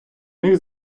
них